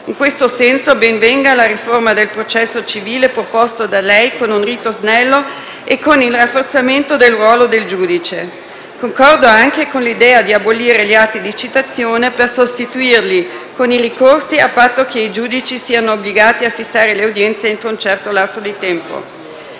In questo senso, ben venga la riforma del processo civile da lei proposta, con un rito snello e con il rafforzamento del ruolo del giudice. Concordo anche con l'idea di abolire gli atti di citazione per sostituirli con i ricorsi, a patto che i giudici siano obbligati a fissare le udienze entro un certo lasso di tempo.